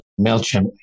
MailChimp